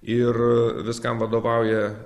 ir viskam vadovauja